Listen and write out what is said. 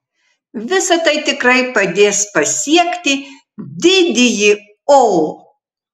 visa tai tikrai padės pasiekti didįjį o